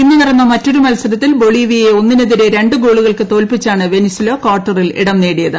ഇന്ന് നടന്ന മറ്റൊരു മത്സരത്തിൽ ബൊളീവിയയെ ഒന്നിനെതിരെ രണ്ട് ഗോളുകൾക്ക് തോൽപ്പിച്ചാണ് വെനിസ്ട്രേല് ക്വാർട്ടറിൽ ഇടം നേടിയത്